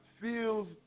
feels